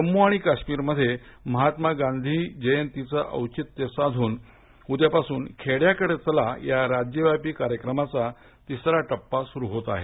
जम्मू आणि काश्मीरमध्ये महात्मा गांधी जयंतीचं औचित्य साधून उद्यापासून खेडयाकडे चला या राज्यव्यापी कार्यक्रमाचा तिसरा टप्पा सुरू होत आहे